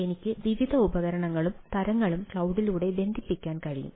എനിക്ക് വിവിധ ഉപകരണങ്ങളും തരങ്ങളും ക്ലൌഡിലൂടെ ബന്ധിപ്പിക്കാൻ കഴിയും